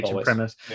premise